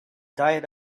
diet